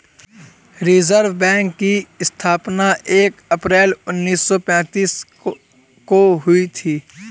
reserve bank की स्थापना एक अप्रैल उन्नीस सौ पेंतीस को हुई थी